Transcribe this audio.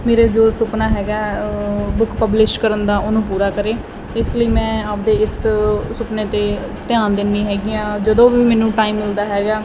ਮੇਰੇ ਜੋ ਸੁਪਨਾ ਹੈਗਾ ਬੁੱਕ ਪਬਲਿਸ਼ ਕਰਨ ਦਾ ਉਹਨੂੰ ਪੂਰਾ ਕਰੇ ਇਸ ਲਈ ਮੈਂ ਆਪਦੇ ਇਸ ਸੁਪਨੇ ਤੇ ਧਿਆਨ ਦਿੰਦੀ ਹੈਗੀਆ ਜਦੋਂ ਵੀ ਮੈਨੂੰ ਟਾਈਮ ਮਿਲਦਾ ਹੈਗਾ